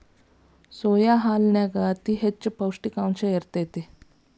soya ಹಾಲನ್ಯಾಗ ಅತಿ ಹೆಚ್ಚ ಪೌಷ್ಟಿಕಾಂಶ ಇರ್ತೇತಿ